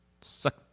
Suck